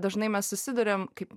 dažnai mes susiduriam kaip